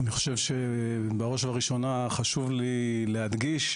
אני חושב שבראש ובראשונה חשוב לי להדגיש,